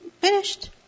Finished